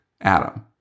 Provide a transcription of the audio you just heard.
Adam